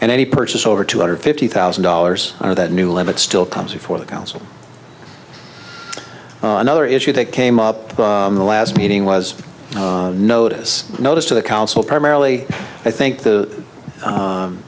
and any purchase over two hundred fifty thousand dollars or that new limit still comes before the council another issue that came up in the last meeting was a notice notice to the council primarily i think the